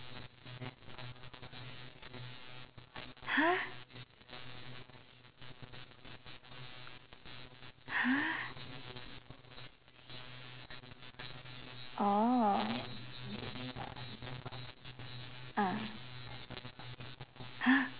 !huh! !huh! oh ah !huh!